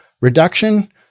reduction